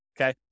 okay